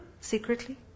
Secretly